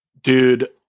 Dude